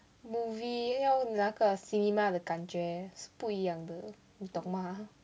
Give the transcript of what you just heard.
movie 要那个 cinema 的感觉是不一样的你懂吗